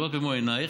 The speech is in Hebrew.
לראות במו עינייך,